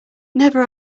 never